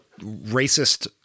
racist